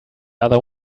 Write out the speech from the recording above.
other